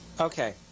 Okay